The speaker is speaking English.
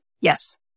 Yes